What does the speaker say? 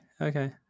Okay